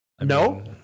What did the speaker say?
no